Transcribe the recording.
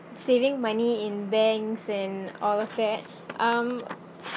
saving money in banks and all of that um